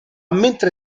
mentre